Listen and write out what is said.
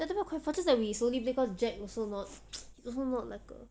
adabel quite fast just that we slowly because jack also not also not like a